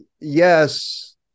yes